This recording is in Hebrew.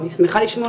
אני שמחה לשמוע.